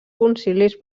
concilis